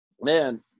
man